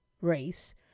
race